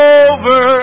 over